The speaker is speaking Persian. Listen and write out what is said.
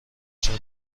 چون